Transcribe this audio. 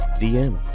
dm